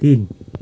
तिन